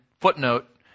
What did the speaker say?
footnote